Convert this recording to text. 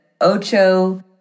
ocho